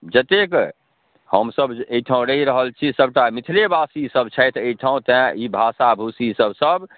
जतेक हमसब जे एहिठाम रहि रहल छी सबटा मिथिलेवासीसब छथि एहिठाम तेँ ई भाषा भूषीसब सब